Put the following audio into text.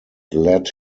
led